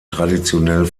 traditionell